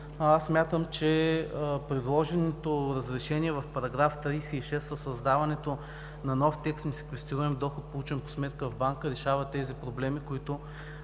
І, смятам, че предложеното разрешение в § 36 със създаването на нов текст – несеквестируем доход, получен по сметка в банка, решава проблемите, които